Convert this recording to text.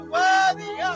worthy